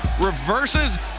reverses